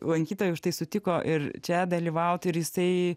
lankytojų štai sutiko ir čia dalyvauti ir jisai